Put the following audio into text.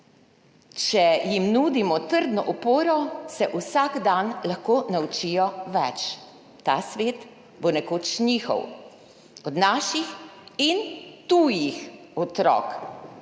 Če jim nudimo trdno oporo, se vsak dan lahko naučijo več. Ta svet bo nekoč njihov, od naših in tujih otrok.